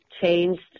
changed